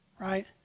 Right